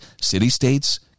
city-states